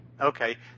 Okay